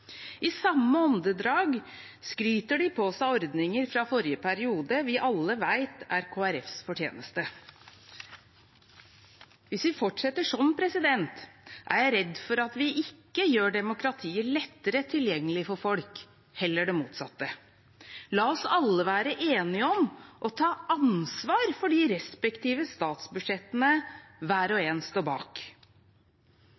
I samme åndedrag skryter de på seg ordninger fra forrige periode vi alle vet er Kristelig Folkepartis fortjeneste. Hvis vi fortsetter sånn, er jeg redd for at vi ikke gjør demokratiet lettere tilgjengelig for folk, heller det motsatte. La oss alle være enige om å ta ansvar for de respektive statsbudsjettene hver og